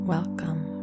Welcome